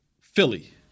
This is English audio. Philly